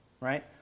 Right